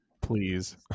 please